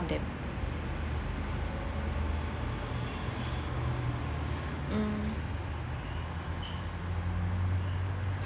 all that mm